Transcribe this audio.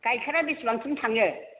गाइखेरा बेसेबांसिम थाङो